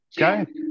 Okay